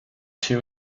two